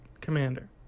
commander